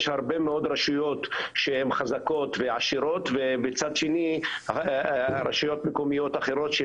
יש הרבה מאוד רשויות שהן חזקות ועשירות ובצד שני רשויות מקומיות אחרות,